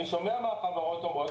אני שומע מה החברות אומרות,